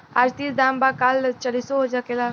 आज तीस दाम बा काल चालीसो हो सकेला